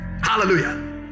Hallelujah